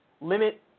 limit